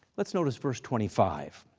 let's notice verse twenty five.